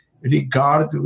regard